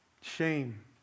Shame